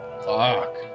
fuck